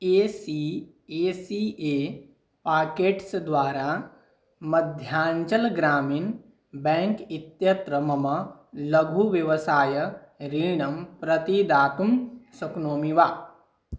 A C A C A pockets द्वारा Madhyanchal Gramin bank इत्यत्र मम लघुव्यवसाय ऋणं प्रतिदातुं शक्नोमि वा